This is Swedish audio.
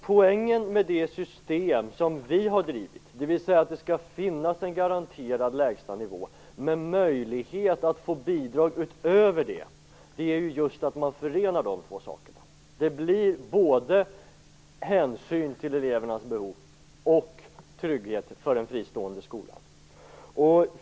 Poängen med det system vi har drivit, dvs. ett system med en garanterad lägsta nivå men med möjlighet att få bidrag utöver denna, är just att man förenar dessa två saker. Det blir både hänsyn till elevernas behov och trygghet för den fristående skolan.